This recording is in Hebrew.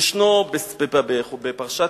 נא לסיים.